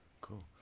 Cool